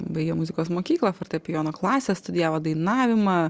baigė muzikos mokyklą fortepijono klasę studijavo dainavimą